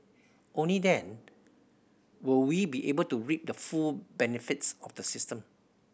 only then will we be able to reap the full benefits of the system